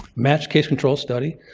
match case control study.